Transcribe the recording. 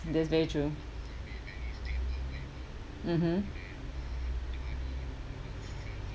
that's very true mmhmm